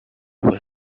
were